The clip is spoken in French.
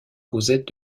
cosette